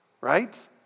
Right